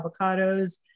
avocados